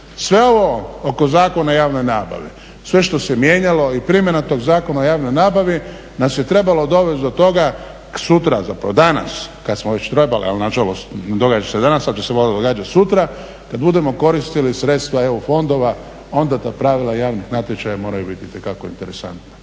Sve ovo oko Zakona o javnoj nabavi, sve što se mijenjalo i primjena tog Zakona o javnoj nabavi nas je trebalo dovest do toga sutra, zapravo danas kad smo već trebali ali nažalost događa se danas, ali će se valjda događat sutra, kad budemo koristili sredstva EU fondova onda ta pravila javnih natječaja moraju biti itekako interesantna.